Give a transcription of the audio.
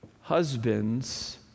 husbands